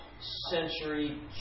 century